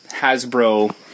Hasbro